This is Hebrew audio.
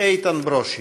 איתן ברושי.